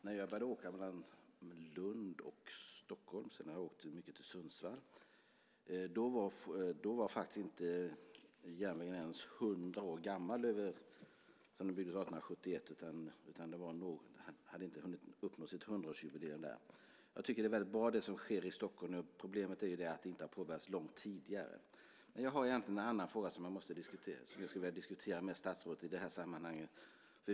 När jag började åka mellan Lund och Stockholm - sedan har jag åkt mycket till Sundsvall - var järnvägen inte ens 100 år gammal. Den byggdes 1871. Jag tycker att det som sker i Stockholm nu är bra. Problemet är att det inte har påbörjats långt tidigare. Jag har en annan fråga som jag vill diskutera med statsrådet i det här sammanhanget.